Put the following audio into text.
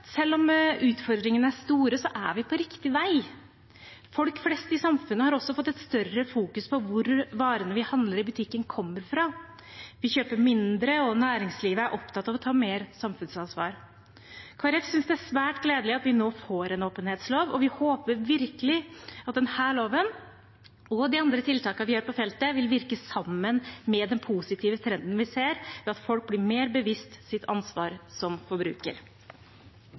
Selv om utfordringene er store, er vi på riktig vei. Folk flest i samfunnet fokuserer også mer på hvor varene vi handler i butikken, kommer fra. Vi kjøper mindre, og næringslivet er opptatt av å ta mer samfunnsansvar. Kristelig Folkeparti synes det er svært gledelig at vi nå får en åpenhetslov, og vi håper virkelig at denne loven og de andre tiltakene vi gjør på feltet, vil virke sammen med den positive trenden vi ser ved at folk blir mer bevisst sitt ansvar som forbruker.